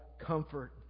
comfort